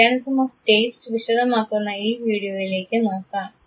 mechanism of taste വിശദമാക്കുന്ന ഈ വീഡിയോയിലേക്ക് നോക്കാം